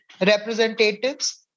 representatives